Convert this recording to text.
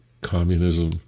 communism